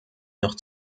noch